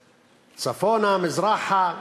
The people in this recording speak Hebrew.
צפונה, מזרחה,